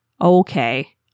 okay